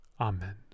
Amen